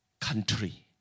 country